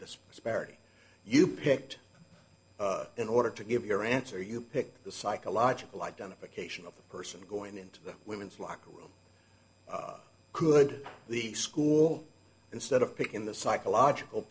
disparity you picked in order to give your answer you pick the psychological identification of the person going into the women's locker room could the school instead of picking the psychological